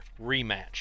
rematch